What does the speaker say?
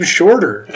shorter